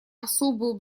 особую